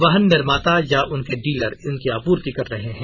वाहन निर्माता या उनके डीलर इनकी आपूर्ति कर रहे हैं